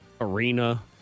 arena